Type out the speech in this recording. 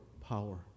power